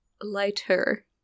lighter